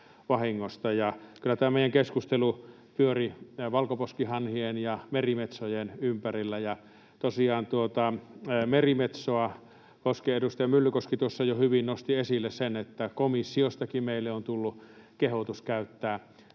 vahingosta. Kyllä tämä meidän keskustelu pyöri valkoposkihanhien ja merimetsojen ympärillä, ja tosiaan merimetsoa koskien, niin kuin edustaja Myllykoski tuossa jo hyvin nosti esille, komissiostakin meille on tullut kehotus käyttää